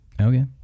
Okay